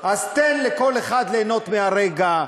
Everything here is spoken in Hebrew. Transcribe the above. אז תן לכל אחד ליהנות מהרגע,